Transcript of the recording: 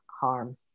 harm